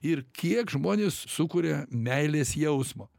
ir kiek žmonės sukuria meilės jausmo